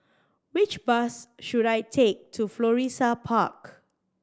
which bus should I take to Florissa Park